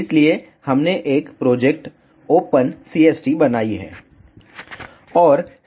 इसलिए हमने एक प्रोजेक्ट ओपन CST बनाई है